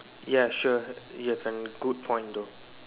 ya sure you have a good point though